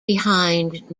behind